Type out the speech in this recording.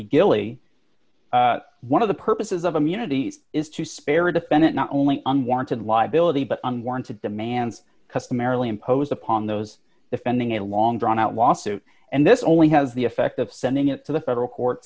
gillie one of the purposes of immunity is to spare the defendant not only unwarranted liability but unwarranted demands customarily imposed upon those defending a long drawn out lawsuit and this only has the effect of sending it to the federal court